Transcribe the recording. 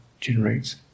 generates